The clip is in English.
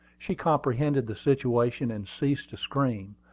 she comprehended the situation, and ceased to scream.